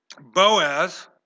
Boaz